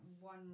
one